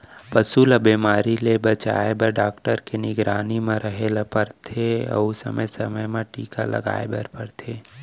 पसू ल बेमारी ले बचाए बर डॉक्टर के निगरानी म रहें ल परथे अउ समे समे म टीका लगवाए बर परथे